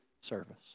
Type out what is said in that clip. service